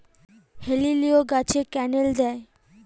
হেলিলিও গাছে ক্যানেল দেয়?